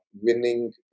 winning